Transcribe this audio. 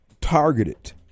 targeted